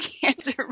cancer